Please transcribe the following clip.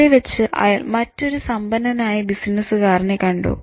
അവിടെ വച്ച് അയാൾ മറ്റൊരു സമ്പന്നനായ ബിസിനസ്സുകാരനെ കണ്ടു